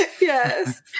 Yes